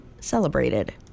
celebrated